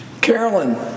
Carolyn